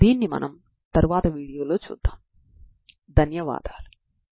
కాబట్టి దీనిని మనం తర్వాత వీడియోలో చూద్దాం ధన్యవాదాలు